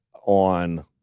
on